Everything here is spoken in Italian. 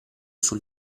sul